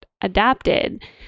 adapted